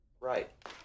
Right